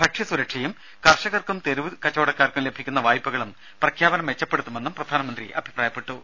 ഭക്ഷ്യ സുരക്ഷയും കർഷകർക്കും തെരുവ് കച്ചവടക്കാർക്കും ലഭിക്കുന്ന വായ്പകളും പ്രഖ്യാപനം മെച്ചപ്പെടുത്തുമെന്നും പ്രധാനമന്ത്രി അഭിപ്രായപ്പെട്ടു